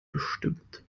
bestimmt